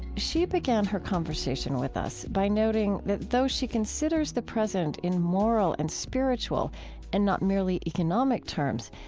she began her conversation with us by noting that though she considers the present in moral and spiritual and not merely economic terms,